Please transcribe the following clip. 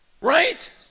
right